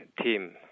team